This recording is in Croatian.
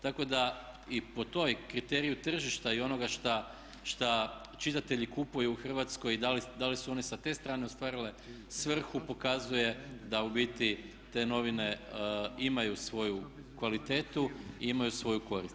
Tako da i po tom kriteriju tržišta i onoga što čitatelji kupuju u Hrvatskoj i da li su oni sa te strane ostvarili svrhu pokazuje da u biti te novine imaju svoju kvalitetu i imaju svoju korist.